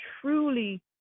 truly